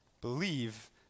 believe